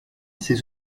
ses